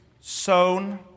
Sown